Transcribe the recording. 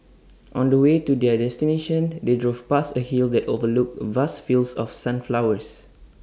on the way to their destination they drove past A hill that overlooked vast fields of sunflowers